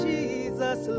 Jesus